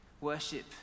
Worship